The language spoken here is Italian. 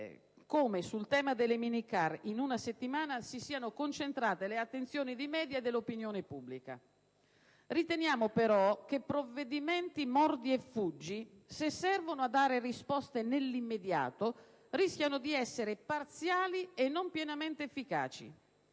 come sul tema delle minicar in una settimana si siano concentrate le attenzioni dei media e dell'opinione pubblica). Riteniamo, però, che provvedimenti "mordi e fuggi", se servono a dare risposte nell'immediato, rischiano di essere parziali e non pienamente efficaci.